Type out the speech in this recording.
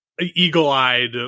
eagle-eyed